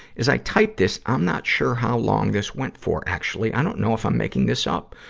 as i type this, i'm not sure how long this went for. actually, i don't know if i'm making this up.